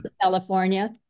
California